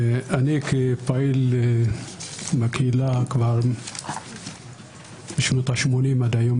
אני פעיל בקהילה כבר משנות ה-80 עד היום,